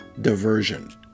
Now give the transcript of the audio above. diversion